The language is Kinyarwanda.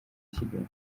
kigali